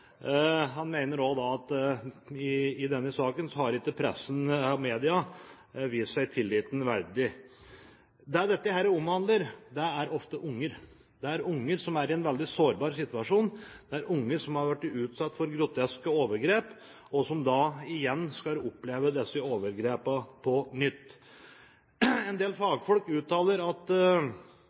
Han mener også at i denne saken har ikke pressen/media vist seg tilliten verdig. Det dette omhandler, er ofte unger. Det er unger som er i en veldig sårbar situasjon. Det er unger som er blitt utsatt for groteske overgrep, og som da igjen skal oppleve disse overgrepene på nytt. En del fagfolk uttaler at